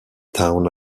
town